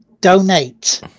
donate